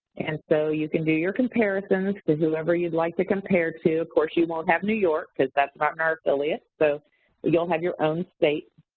and so, you can do your comparisons to whoever you'd like to compare to, of course you won't have new york cause that's not in our affiliate, so you'll have your own state.